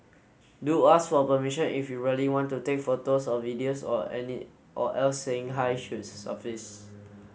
do ask for permission if you really want to take photos or videos or any or else saying hi should suffice